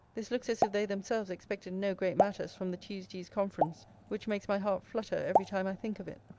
this looks as if they themselves expected no great matters from the tuesday's conference which makes my heart flutter every time i think of it.